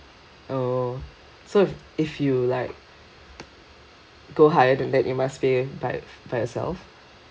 oh so if you like go higher than that you must pay by by yourself